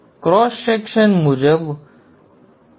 તેથી cross section મુજબ હું હશે